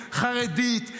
חרדית,